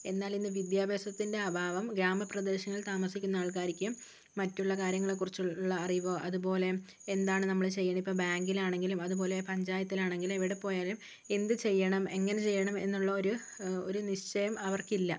എന്നാലിന്ന് വിദ്യാഭ്യാസത്തിൻ്റെ അഭാവം ഗ്രാമപ്രദേശങ്ങളിൽ താമസിക്കുന്ന ആൾക്കാര്ക്ക് മറ്റുള്ള കാര്യങ്ങളെക്കുറിച്ചുള്ള അറിവോ അതുപോലെ എന്താണ് നമ്മള് ചെയ്യേണ്ടത് ഇപ്പോള് ബാങ്കിലാണെങ്കിലും അതുപോലെ പഞ്ചായത്തിലാണെങ്കിലും എവിടെ പോയാലും എന്തുചെയ്യണം എങ്ങനെ ചെയ്യണമെന്നുള്ള ഒരു ഒരു നിശ്ചയം അവർക്കില്ല